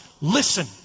listen